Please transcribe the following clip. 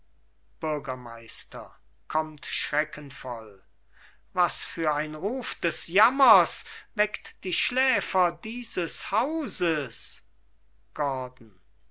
bürgermeister kommt schreckenvoll was für ein ruf des jammers weckt die schläfer dieses hauses gordon